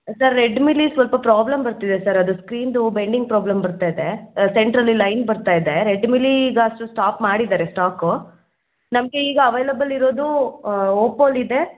sir ರೆಡ್ಮಿಲಿ ಸ್ವಲ್ಪ problem ಬರ್ತಿದೆ ಸರ್ ಅದು ಸ್ಕ್ರೀನ್ದು ಬೆಂಡಿಂಗ್ ಪ್ರಾಬ್ಲಮ್ ಬರ್ತಾ ಇದೆ ಸೆಂಟ್ರಲ್ಲಿ ಲೈನ್ ಬರ್ತಾ ಇದೆ ರೆಡ್ಮಿಲಿ ಈಗ ಅಷ್ಟು ಸ್ಟಾಪ್ ಮಾಡಿದ್ದಾರೆ ಸ್ಟಾಕು ನಮಗೆ ಈಗ ಅವೈಲಬಲ್ ಇರೋದು ಓಪೋಲಿದೆ